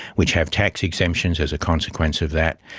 which have tax exemptions as a consequence of that,